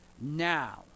now